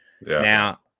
Now